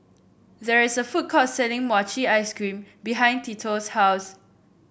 there is a food court selling Mochi Ice Cream behind Tito's house